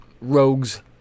rogues